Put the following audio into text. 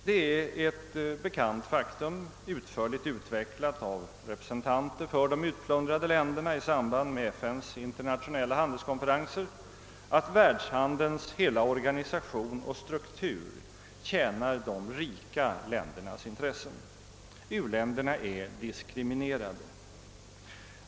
Det är ett bekant faktum, utförligt utvecklat av representanter för de utplundrade länderna i samband med FN:s internationella handelskonferenser, att världshandelns hela organisation och struktur tjänar de rika ländernas intressen. U-länderna är diskriminerade.